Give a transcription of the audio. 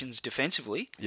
defensively